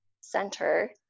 center